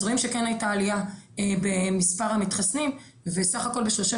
אז רואים שכן הייתה עלייה במספר המתחסנים וסך הכל בשלושה